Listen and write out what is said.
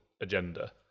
agenda